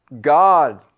God